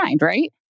right